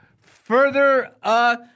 further